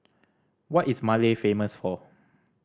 what is Male famous for